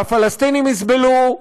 והפלסטינים יסבלו,